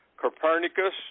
copernicus